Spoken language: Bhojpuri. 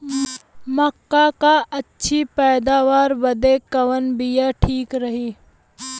मक्का क अच्छी पैदावार बदे कवन बिया ठीक रही?